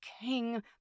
king